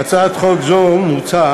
בהצעת חוק זו מוצע